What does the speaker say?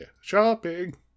Shopping